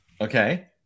okay